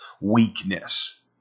weakness